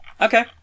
Okay